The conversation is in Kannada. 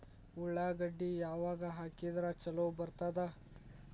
ಉಳ್ಳಾಗಡ್ಡಿ ಯಾವಾಗ ಹಾಕಿದ್ರ ಛಲೋ ಬರ್ತದ?